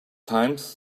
times